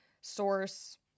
source